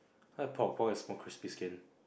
I like pork pork has more crispy skin